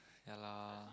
ya lah